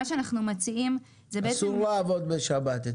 אצלנו אסור לעבוד בשבת.